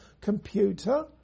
computer